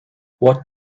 what